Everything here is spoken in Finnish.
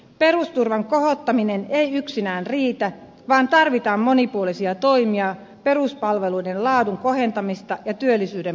perusturvan kohottaminen ei yksinään riitä vaan tarvitaan monipuolisia toimia peruspalveluiden laadun kohentamista ja työllisyyden parantamista